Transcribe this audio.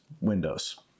windows